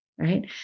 right